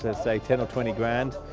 say ten or twenty grand,